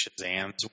Shazam's